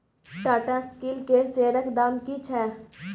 Tata steel केर शेयरक दाम की छै?